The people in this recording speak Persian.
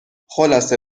خلاصه